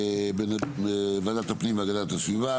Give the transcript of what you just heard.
ועדת הפנים והגנת הסביבה.